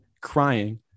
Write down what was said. crying